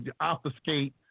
obfuscate